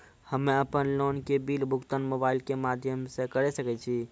हम्मे अपन लोन के बिल भुगतान मोबाइल के माध्यम से करऽ सके छी?